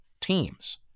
teams